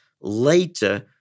later